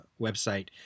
website